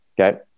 Okay